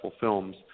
films